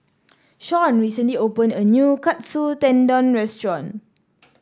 Sean recently open a new Katsu Tendon Restaurant